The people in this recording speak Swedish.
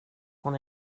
hon